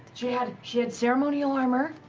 she had she had ceremonial armor